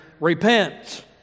repent